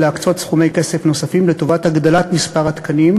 להקצות סכומי כסף נוספים לטובת הגדלת מספר התקנים.